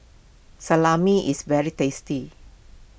Salami is very tasty